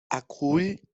acull